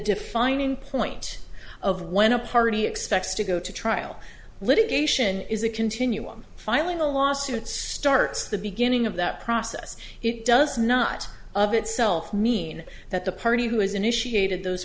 defining point of when a party expects to go to trial litigation is a continuum filing a lawsuit starts the beginning of that process it does not of itself mean that the party who has initiated those